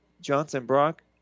Johnson-Brock